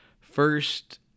first